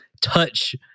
touch